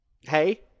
Hey